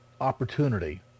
opportunity